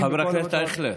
חבר הכנסת אייכלר,